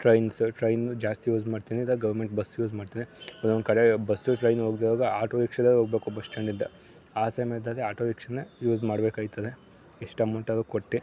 trains train ಜಾಸ್ತಿ use ಮಾಡ್ತೀನಿ ಇಲ್ಲ ಗೌರ್ಮೆಂಟ್ ಬಸ್ ಯೂಸ್ ಮಾಡ್ತೀನಿ ಇನ್ನೊಂದು ಕಡೆಗೆ ಬಸ್ಸು ಟ್ರೈನು ಹೋಗದೆ ಆಟೋ ರಿಕ್ಷಾದಲ್ಲಿ ಹೋಗಬೇಕು ಬಸ್ ಸ್ಟ್ಯಾಂಡ್ನಿಂದ ಆ ಸಮಯದಲ್ಲಿ ಆಟೋ ರಿಕ್ಷಾನೆ ಯೂಸ್ ಮಾಡ್ಬೇಕಾಗ್ತದೆ ಎಷ್ಟು ಅಮೌಂಟ್ ಆರು ಕೊಟ್ಟಿ